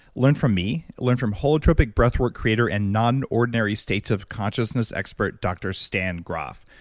learn from me, learn from holotropic breathwork creator and non-ordinary states of conscious expert dr. stan graf.